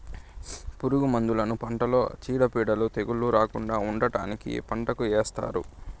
పురుగు మందులను పంటలో చీడపీడలు, తెగుళ్ళు రాకుండా ఉండటానికి పంటకు ఏస్తారు